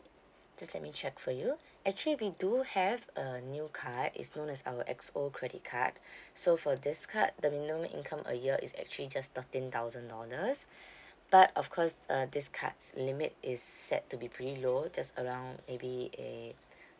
just let me check for you actually we do have a new card it's known as our X_O credit card so for this card the minimum income a year is actually just thirteen thousand dollars but of course uh this card's limit is set to be pretty low just around maybe a